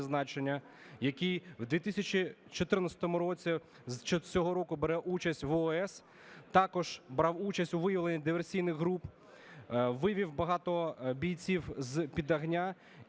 призначення, який в 2014 році, з цього року бере участь в ООС, також брав участь у виявленні диверсійних груп, вивів багато бійців з-під